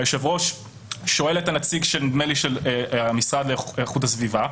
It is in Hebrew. היושב-ראש שואל את הנציג של המשרד לאיכות הסביבה,